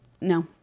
No